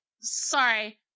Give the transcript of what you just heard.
sorry